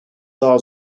daha